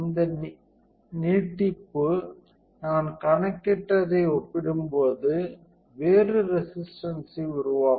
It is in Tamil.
இந்த நீட்டிப்பு நான் கணக்கிட்டதை ஒப்பிடும்போது வேறு ரேசிஸ்டன்ஸ்ஸை உருவாக்கும்